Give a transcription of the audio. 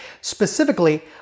Specifically